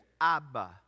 Abba